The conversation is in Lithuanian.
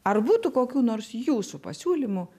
ar būtų kokių nors jūsų pasiūlymų